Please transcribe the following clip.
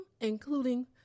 including